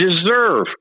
deserve